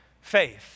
faith